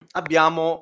abbiamo